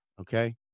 Okay